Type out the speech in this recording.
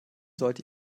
sollte